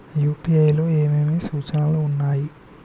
UPI లో ఏమేమి సూచనలు ఉన్నాయి?